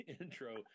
intro